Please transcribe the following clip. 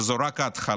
וזו רק ההתחלה.